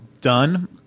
done